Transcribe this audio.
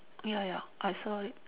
ya ya I saw it